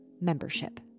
membership